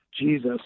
Jesus